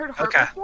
okay